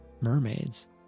mermaids